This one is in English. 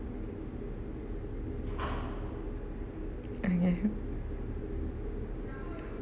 mmhmm